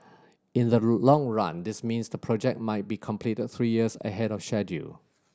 in the long run this means the project might be completed three years ahead of schedule